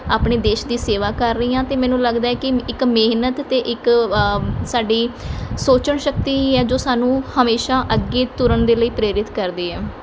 ਆਪਣੇ ਦੇਸ਼ ਦੀ ਸੇਵਾ ਕਰ ਰਹੀ ਹਾਂ ਅਤੇ ਮੈਨੂੰ ਲੱਗਦਾ ਹੈ ਕਿ ਮ ਇੱਕ ਮਿਹਨਤ ਅਤੇ ਇੱਕ ਸਾਡੀ ਸੋਚਣ ਸ਼ਕਤੀ ਹੀ ਹੈ ਜੋ ਸਾਨੂੰ ਹਮੇਸ਼ਾ ਅੱਗੇ ਤੁਰਨ ਦੇ ਲਈ ਪ੍ਰੇਰਿਤ ਕਰਦੀ ਹੈ